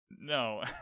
No